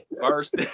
first